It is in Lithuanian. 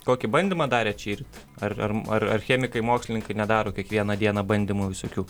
kokį bandymą darėt šįryt ar ar ar ar chemikai mokslininkai nedaro kiekvieną dieną bandymų visokių